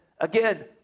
again